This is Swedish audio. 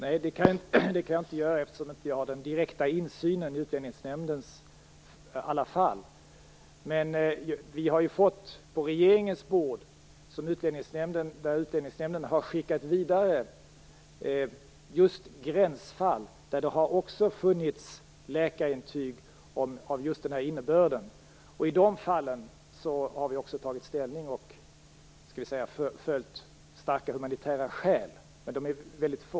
Fru talman! Nej, det kan jag inte göra, eftersom jag inte har den direkta insynen i Utlänningsnämndens alla fall. Men vi har på regeringens bord fått gränsfall som Utlänningsnämnden har skickat vidare, där det också funnits läkarintyg av just den här innebörden. I de fallen har vi också tagit ställning och följt starka humanitära skäl. Men de fallen är väldigt få.